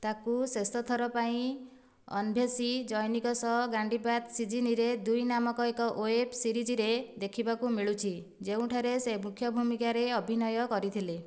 ତାକୁ ଶେଷଥର ପାଇଁ ଅନଭେସି ଜୈନିକ ସହ ଗାଣ୍ଡି ବାତ ସିଜିନିରେ ଦୁଇ ନାମକ ଏକ ୱେବ ସିରିଜରେ ଦେଖିବାକୁ ମିଳୁଛି ଯେଉଁଠାରେ ସେ ମୁଖ୍ୟ ଭୂମିକାରେ ଅଭିନୟ କରିଥିଲେ